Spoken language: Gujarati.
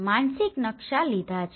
માનસિક નકશા લીધા છે